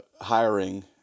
hiring